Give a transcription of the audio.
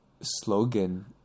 slogan